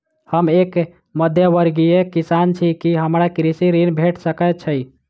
हम एक मध्यमवर्गीय किसान छी, की हमरा कृषि ऋण भेट सकय छई?